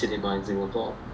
ya